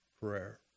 prayer